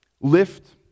lift